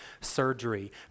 surgery